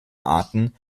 arten